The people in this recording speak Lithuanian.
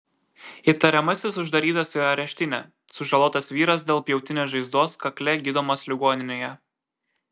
įtariamasis uždarytas į areštinę sužalotas vyras dėl pjautinės žaizdos kakle gydomas ligoninėje